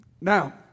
Now